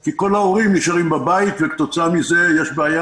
כי כל ההורים נשארים בבית וכתוצאה מזה יש בעיה